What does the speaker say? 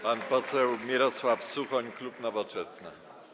Pan poseł Mirosław Suchoń, klub Nowoczesna.